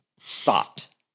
stopped